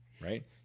right